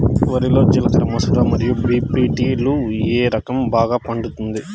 వరి లో జిలకర మసూర మరియు బీ.పీ.టీ లు ఏ రకం బాగా పండుతుంది